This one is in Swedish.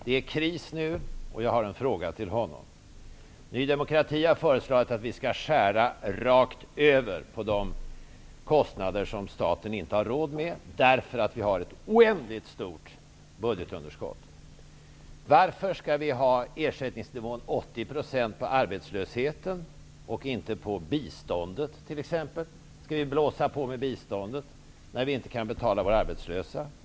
Det är nu kris, och jag har en fråga till honom. Ny demokrati har föreslagit att man skall skära rakt över när det gäller de kostnader som staten inte har råd med, eftersom budgetunderskottet är så oändligt stort. Skall vi blåsa på med biståndet, när vi inte kan betala de arbetslösa?